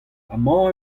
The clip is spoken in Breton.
amañ